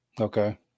Okay